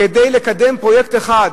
כדי לקדם פרויקט אחד.